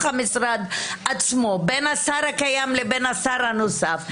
המשרד עצמו בין השר הקיים לבין השר הנוסף,